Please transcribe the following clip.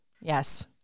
yes